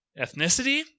ethnicity